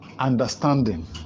understanding